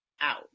out